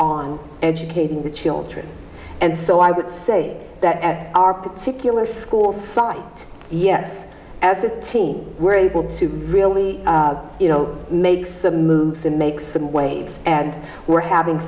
on educating the children and so i would say that at our particular school site yes as a team we're able to really you know make some moves and make some waves and we're having